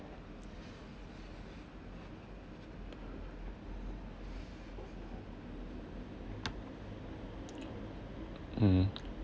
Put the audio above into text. mm